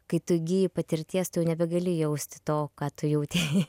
kai tu įgyji patirties tu jau nebegali jausti to ką tu jautei